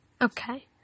Okay